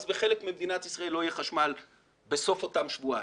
בחלק ממדינת ישראל לא יהיה חשמל בסוף אותם שבועיים.